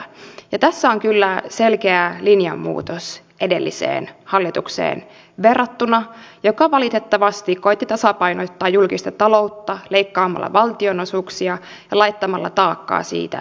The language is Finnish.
ja tässä on kyllä selkeä linjanmuutos edelliseen hallitukseen verrattuna joka valitettavasti koetti tasapainottaa julkista taloutta leikkaamalla valtionosuuksia ja laittamalla taakkaa siitä kunnille